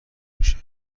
میشه